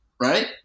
Right